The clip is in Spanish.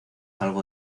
algo